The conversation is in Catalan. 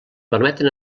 permeten